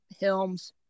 Helms